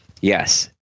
Yes